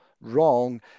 wrong